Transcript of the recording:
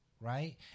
right